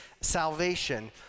salvation—